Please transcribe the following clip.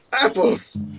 apples